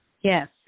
Yes